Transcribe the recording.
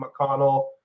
McConnell